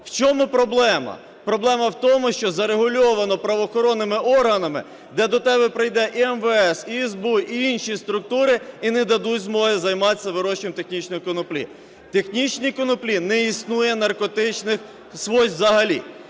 В чому проблема? Проблема в тому, що зарегульовано правоохоронними органами, де до тебе прийде і МВС, і СБУ, і інші структури і не дадуть змоги займатися вирощуванням технічної коноплі. В технічній коноплі не існує наркотичних свойств взагалі.